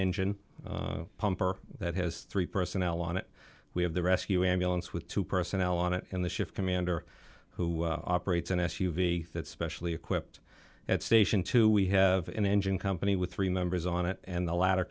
engine pumper that has three personnel on it we have the rescue ambulance with two personnel on it and the shift commander who operates an s u v that's specially equipped at station two we have an engine company with three members on it and the ladder